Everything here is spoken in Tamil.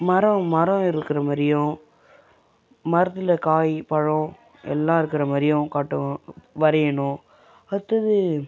மரம் மரம் இருக்கிற மாதிரியும் மரத்தில் காய் பழம் எல்லா இருக்கிற மாதிரியும் காட்டு வரையணும் அடுத்தது